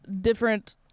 different